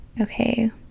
okay